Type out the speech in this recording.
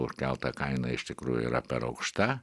užkelta kaina iš tikrųjų yra per aukšta